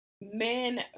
men